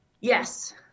Yes